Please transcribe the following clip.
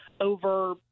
over